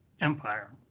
empire